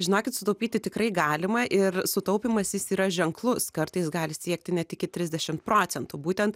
žinokit sutaupyti tikrai galima ir sutaupymas jis yra ženklus kartais gali siekti net iki trisdešimt procentų būtent